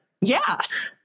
yes